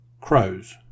crows